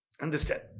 understand